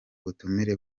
butumire